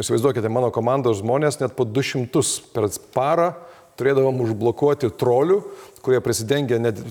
įsivaizduokite mano komandos žmonės net po du šimtus per parą turėdavom užblokuoti trolių kurie prisidengę net